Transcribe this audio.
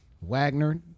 Wagner